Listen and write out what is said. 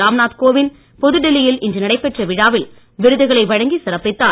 ராம்நாத் கோவிந்த் புதுடில்லி யில் இன்று நடைபெற்ற விழாவில் விருதுகளை வழங்கி சிறப்பித்தார்